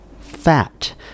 Fat